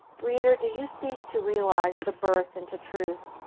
reader, do you seek to realize the birth into truth?